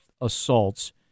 assaults